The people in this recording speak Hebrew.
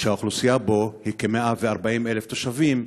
שהאוכלוסייה בו הוא כ-140,000 תושבים,